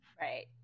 Right